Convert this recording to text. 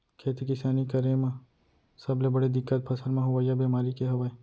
खेती किसानी करे म सबले बड़े दिक्कत फसल म होवइया बेमारी के हवय